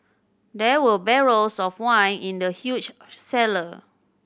there were barrels of wine in the huge cellar